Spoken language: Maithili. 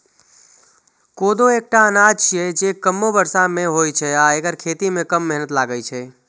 कोदो एकटा अनाज छियै, जे कमो बर्षा मे होइ छै आ एकर खेती मे कम मेहनत लागै छै